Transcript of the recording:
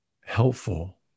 helpful